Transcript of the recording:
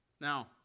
Now